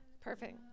Perfect